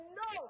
no